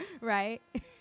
right